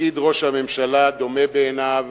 תפקיד ראש הממשלה דומה בעיניו